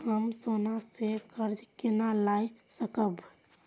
हम सोना से कर्जा केना लाय सकब?